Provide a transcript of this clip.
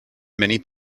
many